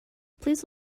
please